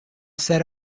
set